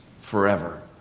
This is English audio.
forever